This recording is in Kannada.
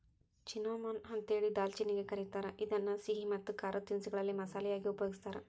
ಚಿನ್ನೋಮೊನ್ ಅಂತೇಳಿ ದಾಲ್ಚಿನ್ನಿಗೆ ಕರೇತಾರ, ಇದನ್ನ ಸಿಹಿ ಮತ್ತ ಖಾರದ ತಿನಿಸಗಳಲ್ಲಿ ಮಸಾಲಿ ಯಾಗಿ ಉಪಯೋಗಸ್ತಾರ